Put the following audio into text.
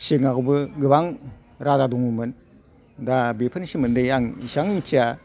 सिगाङावबो गोबां राजा दङमोन दा बेफोरनि सोमोन्दै आं एसेयां मोनथिया